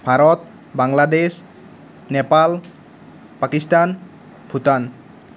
Bharat Bangladesh Nepal Pakistan Bhutan